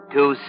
Two